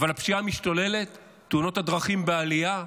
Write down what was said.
אבל הפשיעה משתוללת, תאונות הדרכים בעלייה,